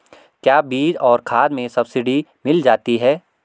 क्या बीज और खाद में सब्सिडी मिल जाती है?